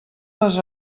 les